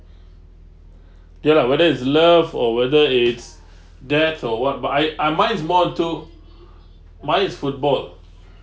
ya lah whether it's love or whether it's deaths or what but I ah mine is more to mine is football